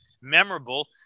memorable